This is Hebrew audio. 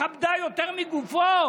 מכבדה יותר מגופו,